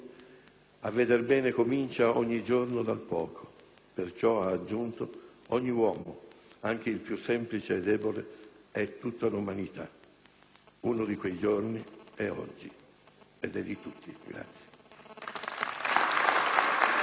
«a veder bene comincia ogni giorno dal poco». «Perciò» - ha aggiunto - «ogni uomo, anche il più semplice e debole, è tutta l'umanità». Uno di quei giorni è oggi, ed è di tutti.